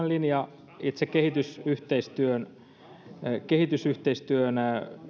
linja nimenomaan itse kehitysyhteistyön kehitysyhteistyön